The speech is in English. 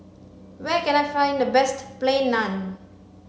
where can I find the best plain naan